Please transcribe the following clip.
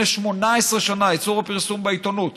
לאיסור הפרסום בעיתונות.